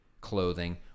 clothing